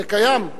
זה קיים.